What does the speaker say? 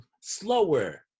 slower